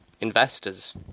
investors